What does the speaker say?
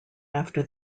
after